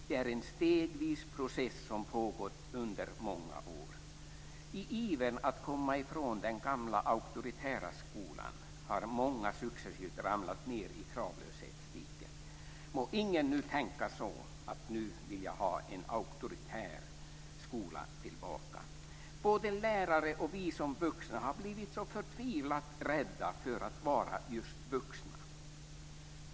Det är en stegvis process som pågått under många år. I ivern att komma ifrån den gamla auktoritära skolan har många successivt ramlat ned i kravlöshetsdiket. Må ingen nu tänka så, att nu vill jag ha en auktoritär skola tillbaka. Både lärare och vi som vuxna har blivit så förtvivlat rädda för att vara just vuxna.